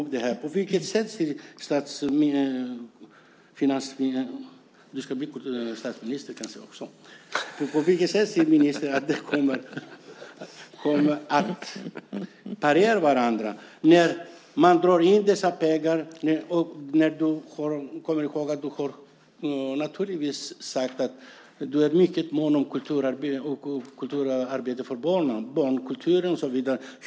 På vilket sätt ser ministern att de kommer att parera varandra? Man drar ju in dessa pengar. Du har sagt att du är mycket mån om barnkulturen.